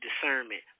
discernment